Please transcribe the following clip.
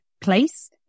place